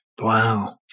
Wow